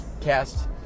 cast